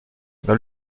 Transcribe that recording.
dans